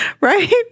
right